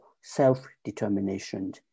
self-determination